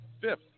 fifth